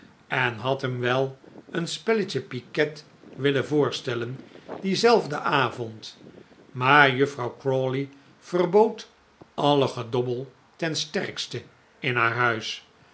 en had hem wel een spelletje piquet willen voorstellen dienzelfden avond maar juffrouw crawley verbood alle gedobbel ten strengste in haar huis